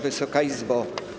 Wysoka Izbo!